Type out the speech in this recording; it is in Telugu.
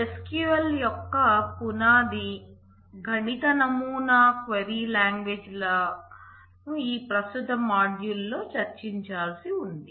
SQL యొక్క పునాది గణిత నమూనా క్వైరీ లాంగ్వేజ్ లను ఈ ప్రస్తుత మాడ్యూల్ లో చర్చించాల్సి ఉంటుంది